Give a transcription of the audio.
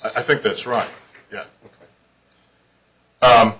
i think that's right yeah